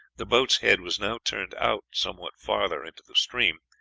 the boat's head was now turned out somewhat farther into the stream,